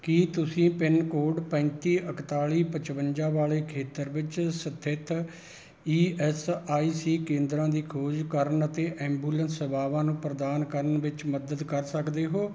ਕੀ ਤੁਸੀਂ pin code ਪੈਂਤੀ ਇੱਕਤਾਲੀ ਪਚਵੰਜਾ ਵਾਲੇ ਖੇਤਰ ਵਿੱਚ ਸਥਿਤ ਈ ਐੱਸ ਆਈ ਸੀ ਕੇਂਦਰਾਂ ਦੀ ਖੋਜ ਕਰਨ ਅਤੇ ਐਂਬੂਲੈਂਸ ਸੇਵਾਵਾਂ ਨੂੰ ਪ੍ਰਦਾਨ ਕਰਨ ਵਿੱਚ ਮਦਦ ਕਰ ਸਕਦੇ ਹੋ